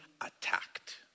attacked